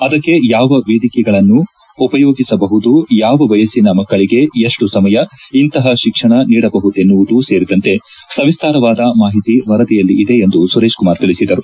ಅದಕ್ಕೆ ಯಾವ ವೇದಿಕೆಗಳನ್ನು ಸಮರ್ಪಕವಾಗಿ ಬಳಸಿಕೊಳ್ಳಬಹುದು ಯಾವ ವಯಸ್ಸಿನ ಮಕ್ಕಳಿಗೆ ಎಷ್ಟು ಸಮಯ ಇಂತಹ ಶಿಕ್ಷಣ ನೀಡಬಹುದೆನ್ನುವುದು ಸೇರಿದಂತೆ ಸವಿಸ್ತಾರವಾದ ಮಾಹಿತಿ ವರದಿಯಲ್ಲಿದೆ ಎಂದು ಸುರೇಶ್ ಕುಮಾರ್ ತಿಳಿಸಿದರು